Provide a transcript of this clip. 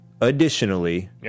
Additionally